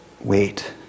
Wait